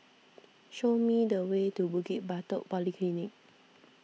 show me the way to Bukit Batok Polyclinic